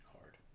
hard